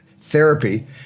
therapy